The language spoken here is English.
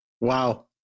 Wow